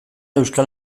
euskal